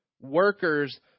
Workers